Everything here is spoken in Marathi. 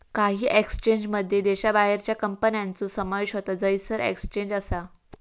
काही एक्सचेंजमध्ये देशाबाहेरच्या कंपन्यांचो समावेश होता जयसर एक्सचेंज असा